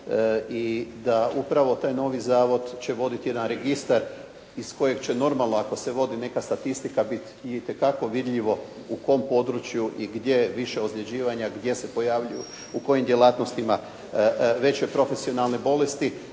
i da upravo taj novi zavod će voditi jedan novi registar iz kojeg će normalno ako se vodi neka statistika biti itekako vidljivo u kom području i gdje je više ozljeđivanja, gdje se pojavljuju, u kojim djelatnostima, veće profesionalne bolesti